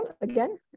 again